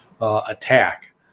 attack